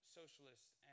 socialists